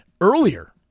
earlier